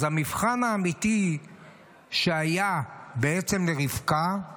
אז המבחן האמיתי שהיה לרבקה הוא